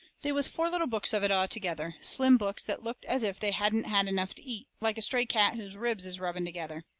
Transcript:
they was four little books of it altogether. slim books that looked as if they hadn't had enough to eat, like a stray cat whose ribs is rubbing together.